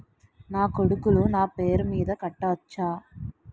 నా కొడుకులు నా పేరి మీద కట్ట వచ్చా?